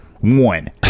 One